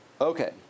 Okay